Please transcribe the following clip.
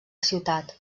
ciutat